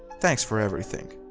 thanks for everything.